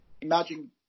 imagine